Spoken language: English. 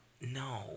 No